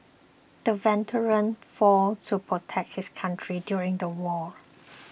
the veteran fought to protect his country during the war